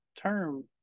term